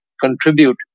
contribute